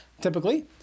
typically